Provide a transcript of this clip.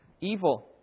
evil